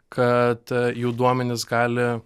kad jų duomenys gali